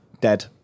dead